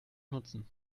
nutzen